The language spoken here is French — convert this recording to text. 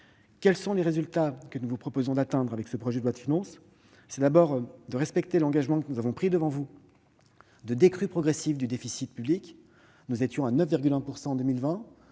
quels sont les résultats que nous vous proposons d'atteindre avec ce projet de loi de finances ? Nous voulons d'abord respecter l'engagement que nous avons pris devant vous de décrue progressive du déficit public. Nous étions à 9,1 % en 2020,